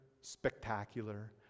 spectacular